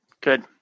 Good